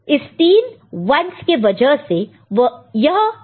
इस तीन 1's के वजह से वह यह 1 है